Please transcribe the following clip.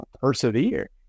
persevere